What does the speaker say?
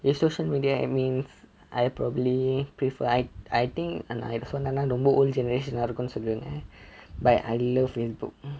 if social media app means I probably prefer I I think நான் இது சொன்னேன்னா ரொம்ப:naan ithu sonnennaa romba old generation ah இருக்குன்னு சொல்வீங்க:irukkumnu solveenga but I love facebook